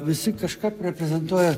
visi kažką reprezentuoja